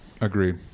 Agreed